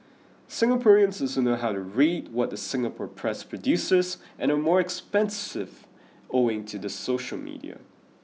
Singaporeans also know how to read what the Singapore press produces and are more expressive owing to the social media